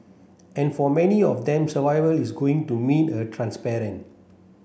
and for many of them survival is going to mean a transparent